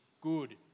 good